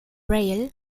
rail